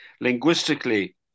linguistically